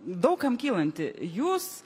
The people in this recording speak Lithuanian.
daug kam kylanti jūs